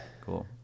Cool